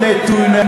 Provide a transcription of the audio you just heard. איזה טונה אתה,